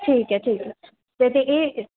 ਠੀਕ ਹੈ ਠੀਕ ਹੈ ਵੈਸੇ ਇਹ